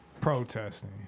protesting